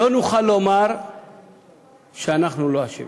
לא נוכל לומר שאנחנו לא אשמים.